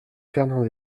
fernande